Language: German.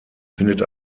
findet